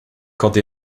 caught